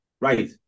Right